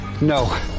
no